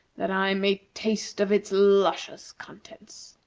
that i may taste of its luscious contents.